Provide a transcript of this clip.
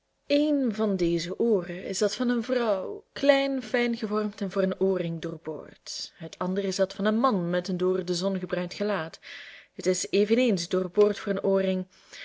een van deze ooren is dat van een vrouw klein fijn gevormd en voor een oorring doorboord het ander is dat van een man met een door de zon gebruind gelaat het is eveneens doorboord voor een